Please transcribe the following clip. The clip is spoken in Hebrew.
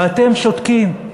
ואתם שותקים,